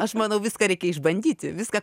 aš manau viską reikia išbandyti viską